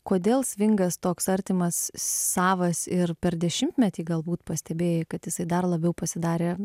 kodėl svingas toks artimas savas ir per dešimtmetį galbūt pastebėjai kad jisai dar labiau pasidarė